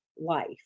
Life